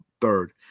third